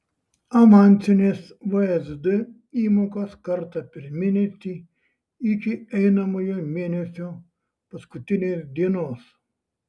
avansinės vsd įmokos kartą per mėnesį iki einamojo mėnesio paskutinės dienos